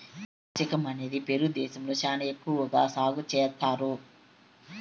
capsicum అనేది Peru దేశంలో శ్యానా ఎక్కువ సాగు చేత్తారు